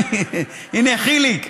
הינה, חיליק,